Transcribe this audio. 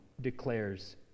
declares